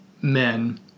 men